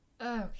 Okay